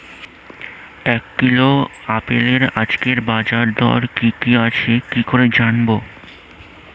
এক কিলোগ্রাম আপেলের আজকের বাজার দর কি কি আছে কি করে জানবো?